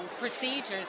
procedures